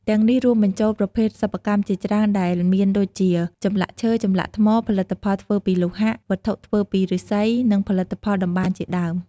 ទាំងនេះរួមបញ្ចូលប្រភេទសិប្បកម្មជាច្រើនដែលមានដូចជា ចម្លាក់ឈើ ចម្លាក់ថ្ម ផលិតផលធ្វើពីលោហៈ វត្ថុធ្វើពីឫស្សី និងផលិតផលតម្បាញជាដើម។